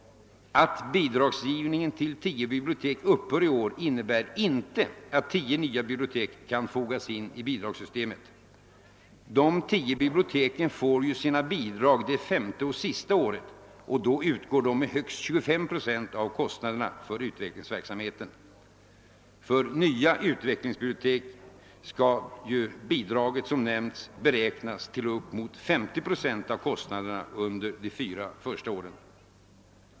Att bidragsgivningen till tio bibliotek upphör i år innebär inte att tio nya bibliotek utan vidare kan fogas in i bidragssystemet. De tio biblioteken får ju sina bidrag det femte och sista året, och då utgår detta med högst 25 procent av kostnaderna för utvecklingsverksamheten. För nya utvecklingsbibliotek skall bidraget som nämnts beräknas till upp mot 50 procent av kostnaderna under de fyra första åren.